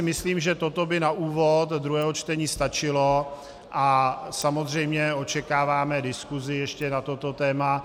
Myslím, že toto by na úvod druhého čtení stačilo, a samozřejmě očekáváme diskusi na toto téma.